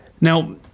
Now